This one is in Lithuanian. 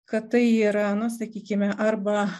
kad tai yra na sakykime arba